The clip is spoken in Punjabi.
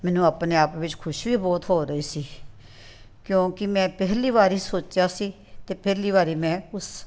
ਮੈਨੂੰ ਆਪਣੇ ਆਪ ਵਿੱਚ ਖੁਸ਼ੀ ਵੀ ਬਹੁਤ ਹੋ ਰਹੀ ਸੀ ਕਿਉਂਕਿ ਮੈਂ ਪਹਿਲੀ ਵਾਰੀ ਸੋਚਿਆ ਸੀ ਅਤੇ ਪਹਿਲੀ ਵਾਰੀ ਮੈਂ ਉਸ